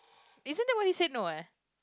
isn't that what you said no eh